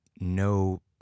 no